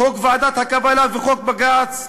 חוק ועדות הקבלה וחוק בג"ץ,